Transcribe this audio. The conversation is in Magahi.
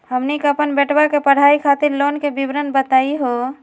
हमनी के अपन बेटवा के पढाई खातीर लोन के विवरण बताही हो?